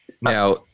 Now